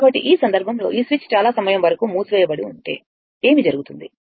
కాబట్టి ఈ సందర్భంలో ఈ స్విచ్ చాలా సమయం వరకు మూసివేయబడి ఉంటే ఏమి జరుగుతుంది